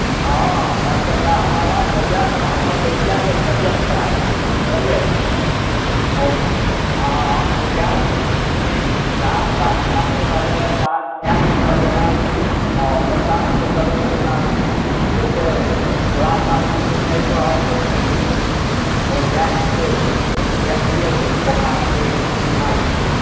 हँ डॉक्टर साहब हमारा गैय्याके हमर गैय्याके तबियत खराब भए गेलै बुझलियै आ ओ गाय जे छै नहि घास पात खाए नहि रहलै हेँ पात खाए नहि रहलै हेँ आ पेशाब जे करैत छै ओहिमे जे छै छै लाल लाल किछु खसि रहल छै खून तून आ ओ गाय जे छै कनि देखतियै जे बोखार छै की कोन बीमारी छै